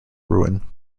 ruin